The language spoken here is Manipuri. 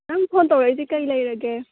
ꯅꯪ ꯐꯣꯟ ꯇꯧꯔꯛꯏꯁꯤ ꯀꯔꯤ ꯂꯩꯔꯒꯦ